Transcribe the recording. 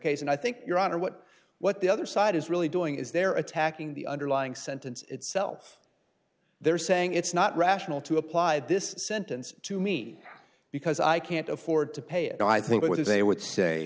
case and i think your honor what what the other side is really doing is they're attacking the underlying sentence itself they're saying it's not rational to apply this sentence to me because i can't afford to pay i think what they would say